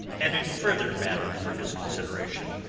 added further matter for his consideration.